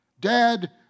Dad